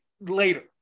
later